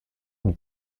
une